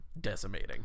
decimating